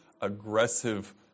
aggressive